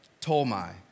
Tolmai